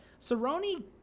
Cerrone